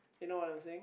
you know what I'm saying